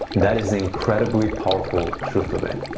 that is the incredibly powerful truth of it.